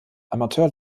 amateur